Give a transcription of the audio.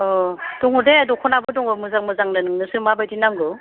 अह दङ दे दख'नाबो दङ मोजां मोजांनो नोंनोसो माबायदि नांगौ